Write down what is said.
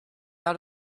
out